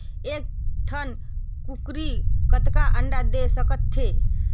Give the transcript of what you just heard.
एक ठन कूकरी कतका अंडा दे सकथे?